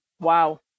wow